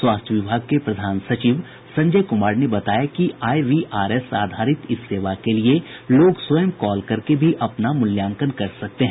स्वास्थ्य विभाग के प्रधान सचिव संजय कुमार ने बताया कि आईवीआरएस आधारित इस सेवा के लिए लोग स्वयं कॉल करके भी अपना मूल्यांकन कर सकते हैं